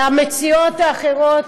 המציעות האחרות?